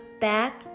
back